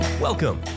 Welcome